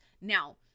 Now